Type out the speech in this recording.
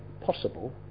possible